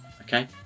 Okay